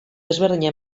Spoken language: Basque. desberdina